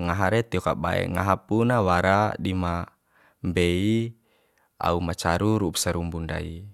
ngaha re tio kabae ngaha pun nawara dima mbei au ma caru ru'u sarumbu ndai